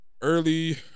early